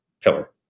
pillar